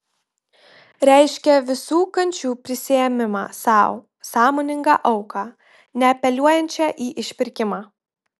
reiškia visų kančių prisiėmimą sau sąmoningą auką neapeliuojančią į išpirkimą